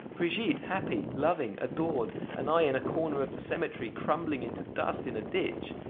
brigitte happy, loving, adored, and i in a corner of the cemetery, crumbling into dust in a ditch!